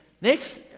Next